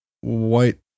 white